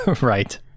right